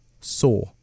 Saw